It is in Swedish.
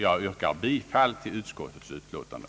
Jag hemställer om bifall till utskottets yrkande.